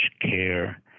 care